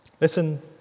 Listen